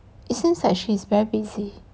it seems like she is very busy